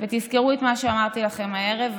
ותזכרו את מה שאמרתי לכם הערב,